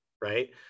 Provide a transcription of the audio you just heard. right